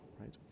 right